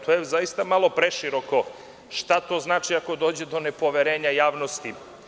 To je zaista malo preširoko, šta to znači ako dođe do nepoverenja javnosti.